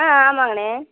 ஆ ஆமாங்கண்ணே